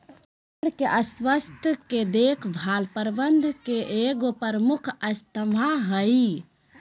भेड़ के स्वास्थ के देख भाल प्रबंधन के एगो प्रमुख स्तम्भ हइ